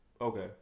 Okay